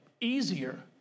easier